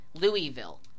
Louisville